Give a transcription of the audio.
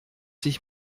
sich